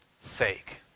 sake